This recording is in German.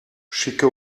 schicke